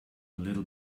little